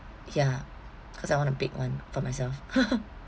ya cause I want a big one for myself